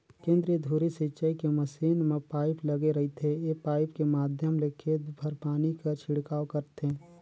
केंद्रीय धुरी सिंचई के मसीन म पाइप लगे रहिथे ए पाइप के माध्यम ले खेत भर पानी कर छिड़काव करथे